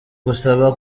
gusaba